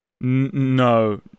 no